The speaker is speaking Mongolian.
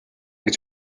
гэж